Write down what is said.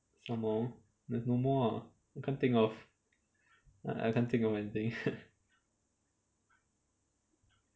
some more there's no more ah I can't think of like I can't think of anything